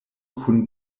kun